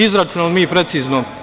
Izračunali smo mi precizno…